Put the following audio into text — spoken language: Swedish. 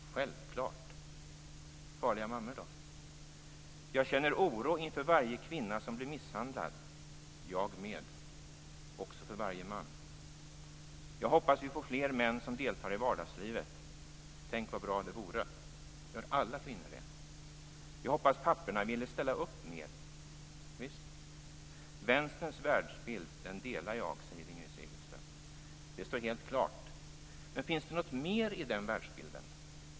Självklart - och farliga mammor, då? Jag känner oro inför varje kvinna som blir misshandlad. Jag med - också för varje man. Jag hoppas vi får fler män som deltar i vardagslivet. Tänk vad bra det vore - gör alla kvinnor det? Jag hoppas papporna ville ställa upp mer. Visst. Inger Segelström säger att hon delar Vänsterns världsbild, och det står helt klart. Men finns det något mer i den världsbilden?